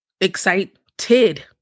Excited